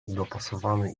dopasowany